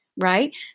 Right